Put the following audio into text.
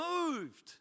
moved